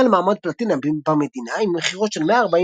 הוא הגיע למעמד פלטינה במדינה עם מכירות של 144